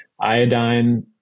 Iodine